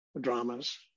dramas